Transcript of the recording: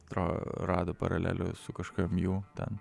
atrodo rado paralelių su kažkokiom jų ten